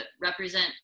represent